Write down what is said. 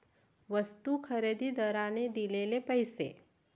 वस्तू खरेदीदाराने दिलेले पैसे